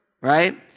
Right